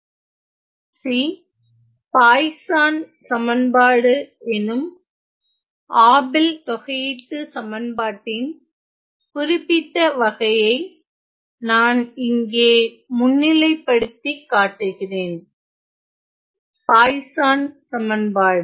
cபாய்சான் சமன்பாடு எனும் ஆபெல் தொகையீட்டு சமன்பாட்டின் குறிப்பிட்ட வகையை நான் இங்கே முன்னிலைப்படுத்திக்காட்டுகிறேன் பாய்சான் சமன்பாடு